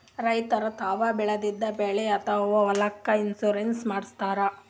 ರೈತರ್ ತಾವ್ ಬೆಳೆದಿದ್ದ ಬೆಳಿ ಅಥವಾ ಹೊಲಕ್ಕ್ ಇನ್ಶೂರೆನ್ಸ್ ಮಾಡಸ್ತಾರ್